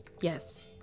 Yes